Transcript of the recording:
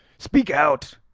speak out,